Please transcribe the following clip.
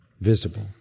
visible